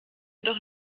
doch